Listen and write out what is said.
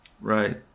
Right